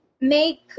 make